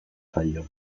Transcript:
zaio